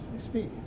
speak